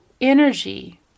energy